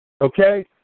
Okay